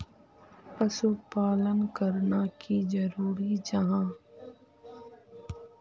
पशुपालन करना की जरूरी जाहा?